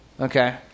okay